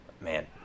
man